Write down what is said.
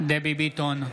דבי ביטון,